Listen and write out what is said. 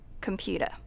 computer